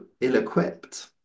ill-equipped